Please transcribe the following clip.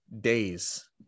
days